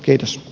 kiitos